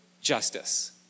justice